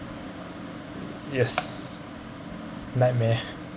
yes nightmare